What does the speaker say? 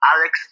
Alex